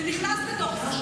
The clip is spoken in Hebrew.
זה נכנס בתוך זה.